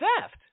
theft